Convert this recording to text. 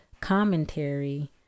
commentary